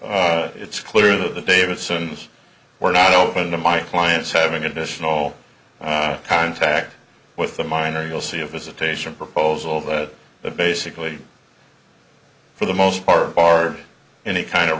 that it's clear that the davidsons were not open to my clients having additional contact with the minor you'll see a visitation proposal that the basically for the most part barred any kind of